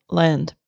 land